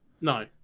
No